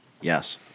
Yes